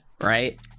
right